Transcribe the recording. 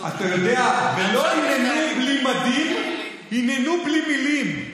אתה יודע, ולא "היננו בלי מדים" היננו בלי מילים.